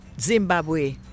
Zimbabwe